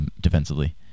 Defensively